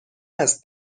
است